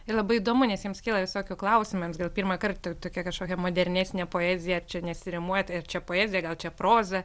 ir labai įdomu nes jiems kyla visokių klausimų jiems gal pirmąkart tokia kažkokia modernistinė poezija čia nesirimuoja tai ar čia poezija gal čia proza